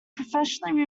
professionally